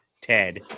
Ted